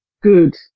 good